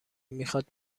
میخواد